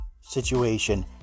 situation